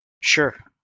Sure